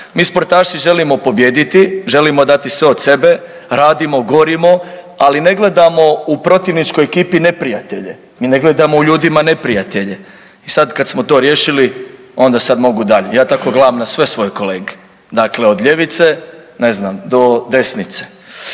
Mi sportaši želimo pobijediti, želimo dati sve od sebe, radimo, gorimo, ali ne gledamo u protivničkoj ekipi neprijatelje. Mi ne gledamo u ljudima neprijatelje i sad kad smo to riješili, onda sad mogu dalje. Ja tako gledam na sve svoje kolege. Dakle, od ljevice do, ne znam, do desnice.